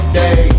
day